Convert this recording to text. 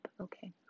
Okay